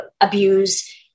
abuse